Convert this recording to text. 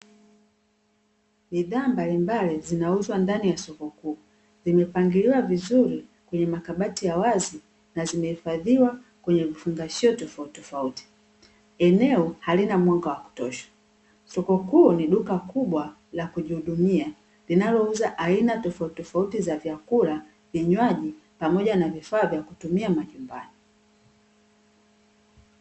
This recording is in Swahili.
Bidhaa mbalimbali zinauzwa ndani ya soko kuu. Zimepangiliwa vizuri kwenye makabati ya wazi na zimehifadhiwa kwenye vifungashio tofauti tofauti. Eneo halina mwanga wa kutosha. Soko kuu ni duka kubwa la kujihudumia linalouza aina tofauti tofauti za vyakula, vinywaji pamoja na vifaa vya kutumia majumbani.